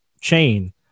chain